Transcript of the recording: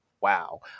Wow